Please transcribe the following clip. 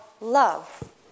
love